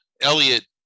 elliot